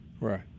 Right